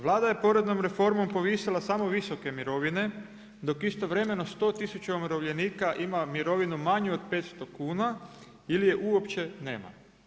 Vlada je poreznom reformom povisila samo visoke mirovine dok istovremeno 100 tisuća umirovljenika ima mirovinu manju od 500 kuna ili je uopće nema.